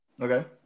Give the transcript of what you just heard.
Okay